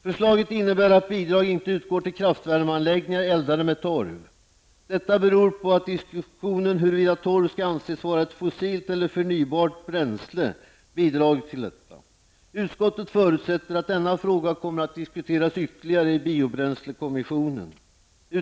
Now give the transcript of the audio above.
Förslaget innebär att bidrag inte utgår till kraftvärmeanläggningar eldade med torv. Detta beror på diskussionen huruvida torv skall anses vara ett fossilt bränsle eller ett förnybart bränsle. Utskottet förutsätter att denna fråga kommer att diskuteras ytterligare i biobränslekommissionen.